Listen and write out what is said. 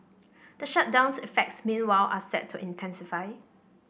the shutdown's effects meanwhile are set to intensify